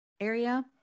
area